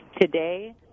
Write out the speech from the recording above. Today